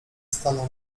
stanął